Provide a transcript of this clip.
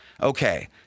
Okay